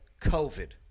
COVID